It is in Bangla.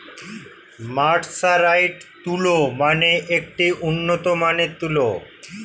মার্সারাইজড তুলো মানে একটি উন্নত মানের তুলো